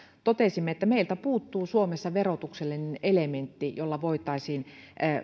totesimme että meiltä puuttuu suomessa verotuksellinen elementti jolla voitaisiin